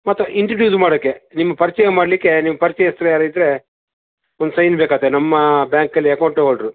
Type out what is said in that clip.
ಮತ್ತೆ ಇಂಟ್ರಡ್ಯೂಸ್ ಮಾಡೋಕೆ ನಿಮ್ಮ ಪರಿಚಯ ಮಾಡಲಿಕ್ಕೆ ನಿಮ್ಮ ಪರಿಚಯಸ್ತ್ರು ಯಾರಾದ್ರು ಇದ್ದರೆ ಒಂದು ಸೈನ್ ಬೇಕಾಗುತ್ತೆ ನಮ್ಮ ಬ್ಯಾಂಕಲ್ಲಿ ಅಕೌಂಟ್ ಹೋಲ್ಡ್ರು